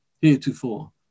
heretofore